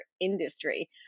industry